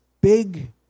big